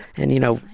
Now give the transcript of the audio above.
and, you know,